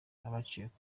abacitse